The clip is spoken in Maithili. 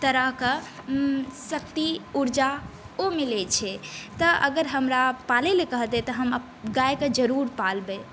तरहके शक्ति ऊर्जा ओ मिलै छै तऽ अगर हमरा पालैलए कहतै तऽ हम गाइके जरूर पालबै